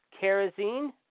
kerosene